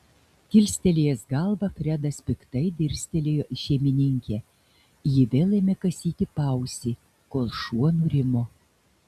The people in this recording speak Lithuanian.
kilstelėjęs galvą fredas piktai dirstelėjo į šeimininkę ji vėl ėmė kasyti paausį kol šuo nurimo